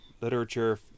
literature